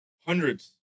hundreds